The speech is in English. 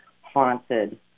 haunted